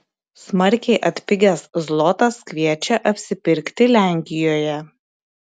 smarkiai atpigęs zlotas kviečia apsipirkti lenkijoje